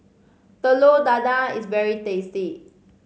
Telur Dadah is very tasty